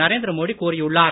நரேந்திர மோடி கூறியுள்ளார்